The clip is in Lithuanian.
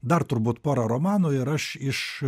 dar turbūt porą romanų ir aš iš